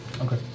Okay